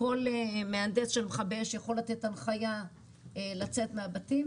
כל מהנדס של מכבי אש יכול לתת הנחיה לצאת מהבית,